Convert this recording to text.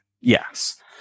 Yes